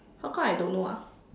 how come I don't know ah